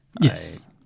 Yes